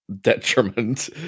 detriment